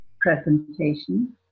presentation